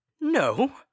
No